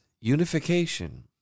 unification